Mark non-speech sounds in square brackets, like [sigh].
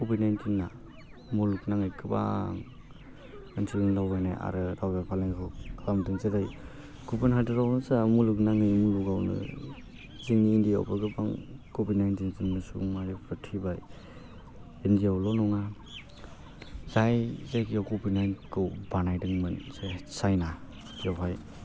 Covid नाइन्टिना मुलुगनाङै गोबां मानसिनि दावबायनाय आरो [unintelligible] खालामदों जेरै गुबुन हादरावबो जोंहा मुलुगनाङै मुलुगावनो जोंनि इन्डियावबो गोबां कभिड नाइन्टिनजोंनो सुबुं माहारिफ्रा थैबाय इन्डियावल' नङा जाय जायगायाव कभिड नाइन्टिनखौ बानायदोंमोन जे चाइना बेवहाय